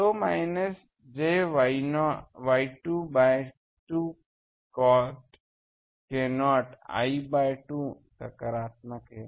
तो minus j Y2 by 2 cot k0 l by 2 सकारात्मक है